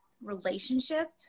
relationship